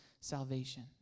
salvation